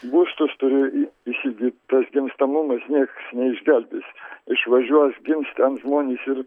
būstus turi įsigyt tas gimstamumas nieks neišgelbės išvažiuos gims ten žmonės ir